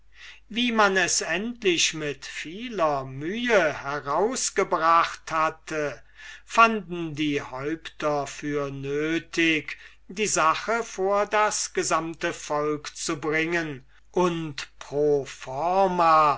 wie man es endlich mit vieler mühe heraus gebracht hatte fanden die häupter für nötig die sache vor das gesamte volk zu bringen und pro